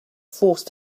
forced